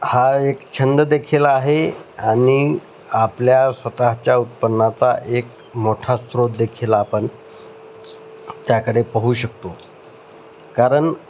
हा एक छंद देखील आहे आणि आपल्या स्वतःच्या उत्पन्नाचा एक मोठा स्त्रोत देखील आपण त्याकडे पाहू शकतो कारण